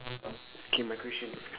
K my question